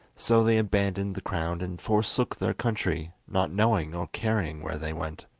so they abandoned the crown and forsook their country, not knowing or caring where they went.